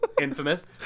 Infamous